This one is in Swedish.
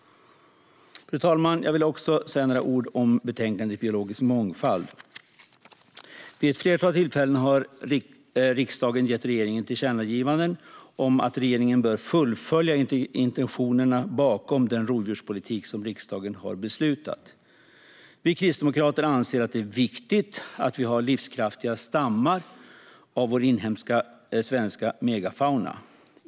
Fru talman! Jag vill också säga några ord om betänkandet Biologisk mångfald . Vid ett flertal tillfällen har riksdagen gett regeringen tillkännagivanden om att regeringen bör fullfölja intentionerna bakom den rovdjurspolitik som riksdagen har beslutat om. Vi kristdemokrater anser att det är viktigt att vi har livskraftiga stammar av vår inhemska svenska megafauna.